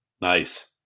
nice